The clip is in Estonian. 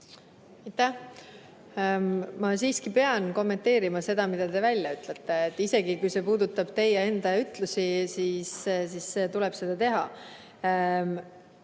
Ma siiski pean kommenteerima seda, mis te välja ütlesite. Kuna see puudutab teie enda ütlust, siis tuleb seda teha.